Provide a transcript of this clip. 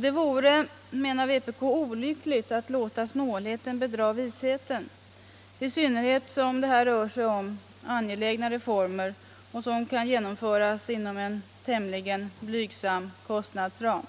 Det vore, menar vpk, olyckligt att låta snålheten bedra visheten, i synnerhet som det här rör sig om angelägna reformer, som kan genomföras inom en tämligen blygsam kostnadsram.